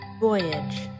Voyage